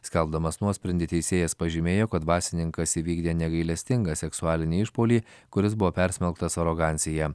skelbdamas nuosprendį teisėjas pažymėjo kad dvasininkas įvykdė negailestingą seksualinį išpuolį kuris buvo persmelktas arogancija